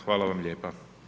Hvala vam lijepa.